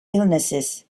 illnesses